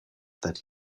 that